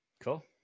Cool